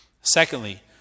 Secondly